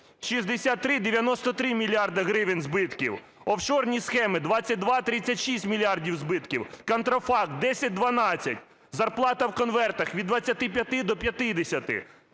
63-93 мільярди гривень збитків, офшорні схеми – 22-36 мільярдів збитків, контрафакт – 10-12, зарплата в конвертах – від 25 до 50.